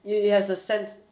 i~ it has a sense